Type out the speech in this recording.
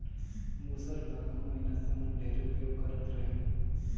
मूसर ल आघु मइनसे मन ढेरे उपियोग करत रहिन